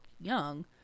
young